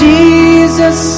Jesus